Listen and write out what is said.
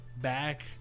back